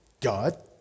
God